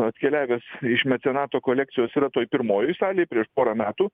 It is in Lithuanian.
atkeliavęs iš mecenato kolekcijos yra toj pirmojoj salėj prieš porą metų